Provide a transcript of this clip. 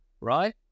right